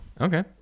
Okay